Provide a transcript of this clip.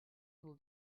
del